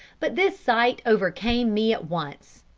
but this sight overcame me at once.